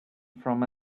from